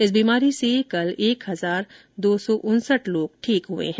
इस बीमारी से कल एक हजार दो सौ उनसठ लोग ठीक हुए है